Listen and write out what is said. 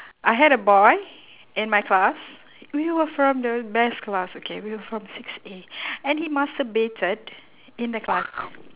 I had a boy in my class we were from the best class okay we were from six A and he masturbated in the class